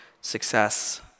success